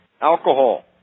alcohol